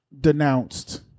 denounced